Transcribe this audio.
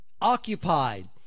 occupied